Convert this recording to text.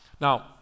Now